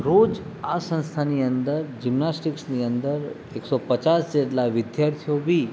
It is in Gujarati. રોજ આ સંસ્થાની અંદર જિમ્નાસ્ટીકસની અંદર એકસો પચાસ જેટલા વિદ્યાર્થીઓ બી